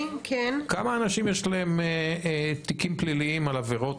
כמה אנשים יש להם תיקים פליליים על עבירות קשות?